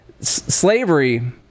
slavery